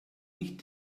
nicht